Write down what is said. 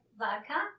vodka